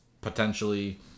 potentially